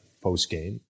post-game